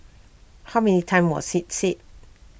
how many times was IT said